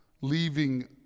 leaving